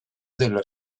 della